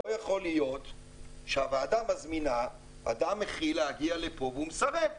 לא יכול להיות שהוועדה מזמינה אדם מכי"ל להגיע לפה והוא מסרב.